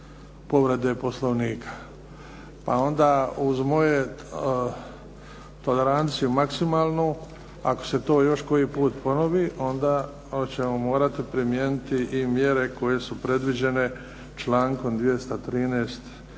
povrede Poslovnika. Pa onda uz moju toleranciju maksimalnu, ako se to još koji put ponovi, onda ćemo morati primijeniti i mjere koje su predviđene člankom 213.